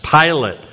Pilate